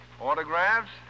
Autographs